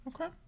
okay